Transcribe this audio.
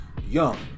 Young